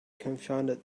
confounded